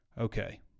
Okay